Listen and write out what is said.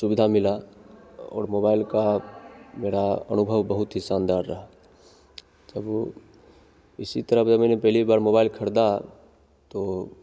सुविधा मिला और मोबाइल का मेरा अनुभव बहुत ही शानदार रहा जब वो इसी तरह जब मैंने पहली बार मोबाइल खरीदा तो